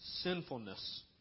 sinfulness